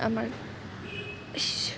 আমাৰ